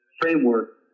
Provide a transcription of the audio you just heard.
framework